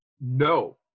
no